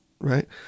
right